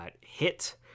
hit